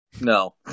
No